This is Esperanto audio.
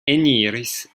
eniris